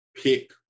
pick